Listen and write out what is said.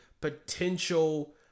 potential